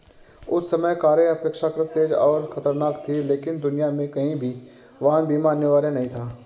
उस समय कारें अपेक्षाकृत तेज और खतरनाक थीं, लेकिन दुनिया में कहीं भी वाहन बीमा अनिवार्य नहीं था